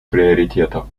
приоритетов